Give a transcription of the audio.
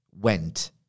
went